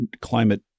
climate